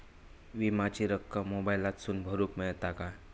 विमाची रक्कम मोबाईलातसून भरुक मेळता काय?